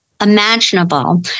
imaginable